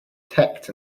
detect